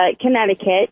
Connecticut